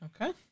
Okay